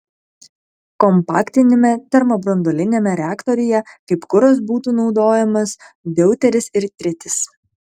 kompaktiniame termobranduoliniame reaktoriuje kaip kuras būtų naudojamas deuteris ir tritis